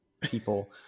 people